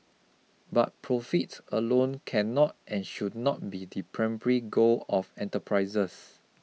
but profit alone cannot and should not be the primary goal of enterprises